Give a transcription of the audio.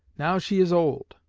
now she is old.